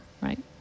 right